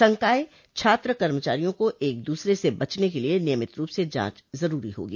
संकाय छात्र कर्मचारी को एक दूसरे से बचने के लिये नियमित रूप से जांच जरूरी होगी